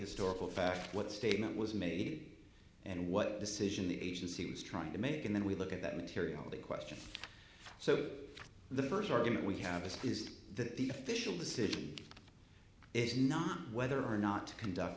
historical fact what statement was made and what decision the agency was trying to make and then we look at that material the question so the first argument we have this is that the official decision is not whether or not to conduct